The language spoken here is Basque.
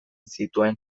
zituen